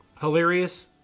hilarious